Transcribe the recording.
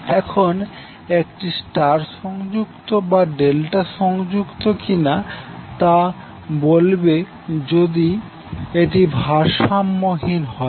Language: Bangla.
এখন এটি স্টার সংযুক্ত বা ডেল্টা সংযুক্ত কিনা তা বলবে যদি এটি ভারসাম্যহীন হয়